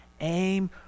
aim